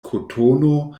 kotono